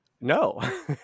No